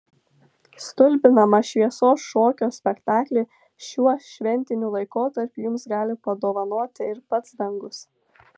stulbinamą šviesos šokio spektaklį šiuo šventiniu laikotarpiu jums gali padovanoti ir pats dangus